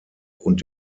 und